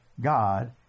God